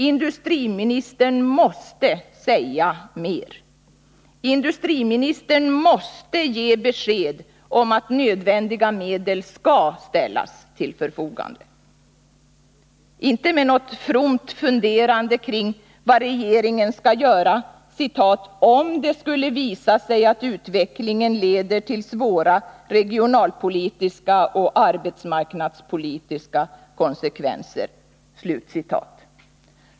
Industriministern måste säga mer. Industriministern måste ge besked om att nödvändiga medel skall ställas till förfogande. Det räcker inte med något fromt funderande kring vad regeringen skall göra ”om det skulle visa sig att utvecklingen leder till svåra regionalpolitiska och arbetsmarknadspolitiska konsekvenser”.